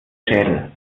schädel